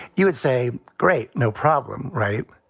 you would say great. no problem. right.